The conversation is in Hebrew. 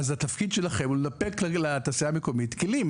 התפקיד שלכם לנפק לתעשייה המקומית כלים.